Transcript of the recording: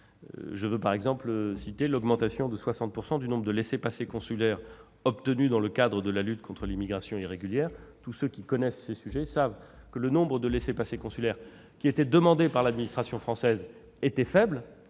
J'évoquerai par exemple l'augmentation de 60 % du nombre de laissez-passer consulaires obtenus dans le cadre de la lutte contre l'immigration irrégulière. Tous ceux qui connaissent le sujet le savent, le nombre de laissez-passer consulaires demandés par l'administration française était faible,